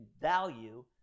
value